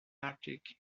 article